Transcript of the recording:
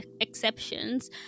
exceptions